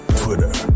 twitter